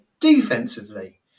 defensively